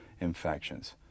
infections